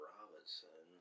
Robinson